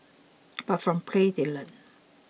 but from play they learn